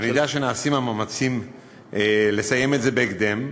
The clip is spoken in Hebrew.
אני יודע שנעשים המאמצים לסיים את זה בהקדם.